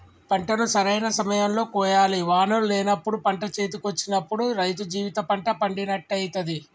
పంటను సరైన సమయం లో కోయాలి వానలు లేనప్పుడు పంట చేతికొచ్చినప్పుడు రైతు జీవిత పంట పండినట్టయితది